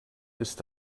ist